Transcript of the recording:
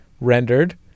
Rendered